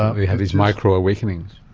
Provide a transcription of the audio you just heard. ah they have these micro-awakenings.